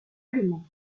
allemand